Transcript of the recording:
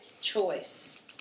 choice